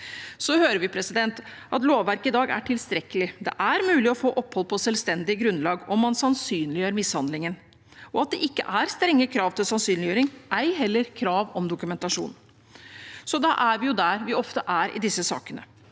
Vi hører at lovverket i dag er tilstrekkelig – at det er mulig å få opphold på selvstendig grunnlag om man sannsynliggjør mishandlingen, og at det ikke er strenge krav til sannsynliggjøring, ei heller krav om dokumentasjon. Da er vi jo der vi ofte er i disse sakene.